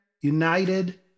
United